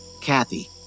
Kathy